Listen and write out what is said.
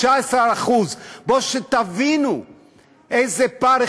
19%. שתבינו איזה פער,